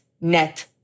net